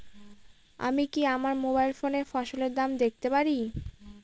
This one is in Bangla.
আমি কি আমার মোবাইল ফোনে ফসলের দাম দেখতে পারি?